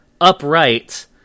upright